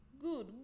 Good